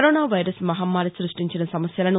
corona virus మహమ్మారి సృష్టించిన సమస్యలను